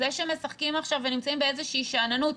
זה שמשחקים עכשיו ונמצאים באיזה שאננות,